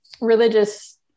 religious